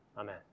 Amen